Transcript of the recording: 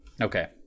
Okay